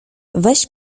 weź